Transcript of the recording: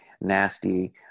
nasty